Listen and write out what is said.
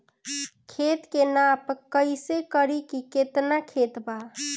खेत के नाप कइसे करी की केतना खेत बा?